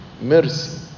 mercy